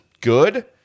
good